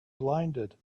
blinded